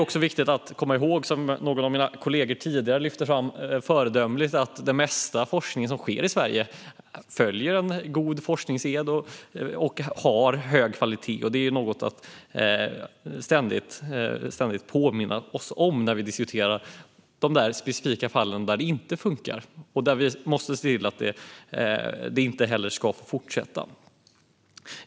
Några av kollegorna här har föredömligt lyft fram att den mesta forskning som sker i Sverige följer god forskningssed och har hög kvalitet. Det är något att ständigt påminna oss om när vi diskuterar de specifika fallen där den inte funkar och där vi måste se till att den inte heller får fortsätta.